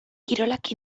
kirolak